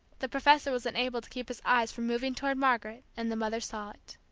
the professor was unable to keep his eyes from moving toward margaret, and the mother saw it.